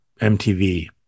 MTV